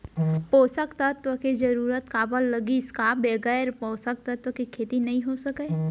पोसक तत्व के जरूरत काबर लगिस, का बगैर पोसक तत्व के खेती नही हो सके?